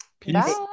Peace